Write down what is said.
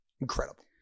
Incredible